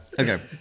Okay